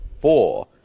four